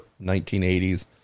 1980s